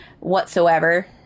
whatsoever